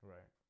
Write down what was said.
Right